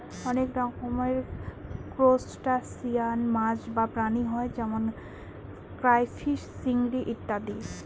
অনেক রকমের ত্রুসটাসিয়ান মাছ বা প্রাণী হয় যেমন ক্রাইফিষ, চিংড়ি ইত্যাদি